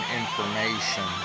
information